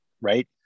right